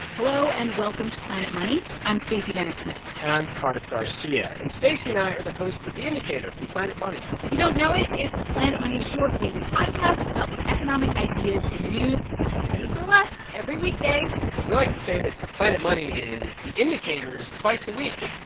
hello, and welcome to planet money. i'm stacey vanek smith and i'm cardiff garcia. and stacey and i are the hosts of the indicator from planet money if you don't know it, it's planet money's short daily podcast about the economic ideas in the news ten minutes or less, every weekday we like to say that planet money is the indicator's twice-a-week.